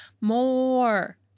more